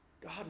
God